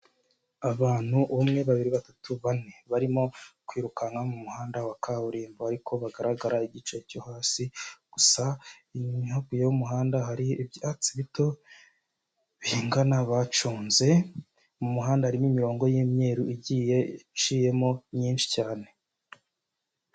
Abantu umwe babiri batatu bane barimo kwirukanka mu muhanda wa kaburimbo ariko bagaragara igice cyo hasi gusa hakurya y'umuhanda hari ibyatsi bito biyingana bacunze mu muhanda harimo imirongo y'imyeru igiye iciyemo myinshi cyane.